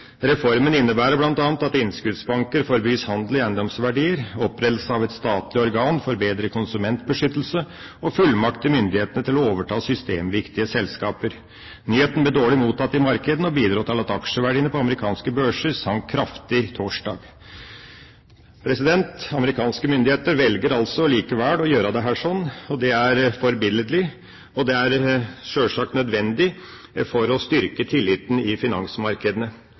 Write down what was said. Reformen innebærer bl.a. at innskuddsbanker forbys handel i eiendomsverdier, opprettelse av et statlig organ for bedre konsumentbeskyttelse og fullmakt til myndighetene til å overta systemviktige selskaper. Nyheten ble dårlig mottatt i markedene og bidro til at aksjeverdiene på amerikanske børser sank kraftig torsdag. Amerikanske myndigheter velger altså likevel å gjøre dette. Det er forbilledlig. Det er sjølsagt nødvendig for å styrke tilliten i finansmarkedene.